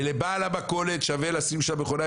ולבעל המכולת שווה שם לשים מכונה,